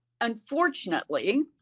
unfortunately